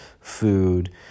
food